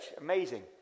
Amazing